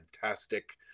fantastic